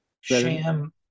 sham